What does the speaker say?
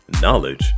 knowledge